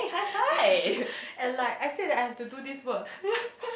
and like I said I have to do this work